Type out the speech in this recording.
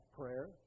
prayer